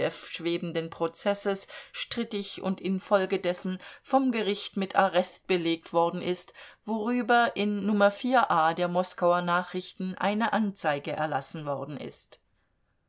schwebenden prozesses strittig und infolgedessen vom gericht mit arrest belegt worden ist worüber in nr a der moskauer nachrichten eine anzeige erlassen worden ist